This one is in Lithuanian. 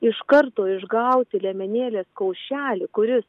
iš karto išgauti liemenėlės kaušelį kuris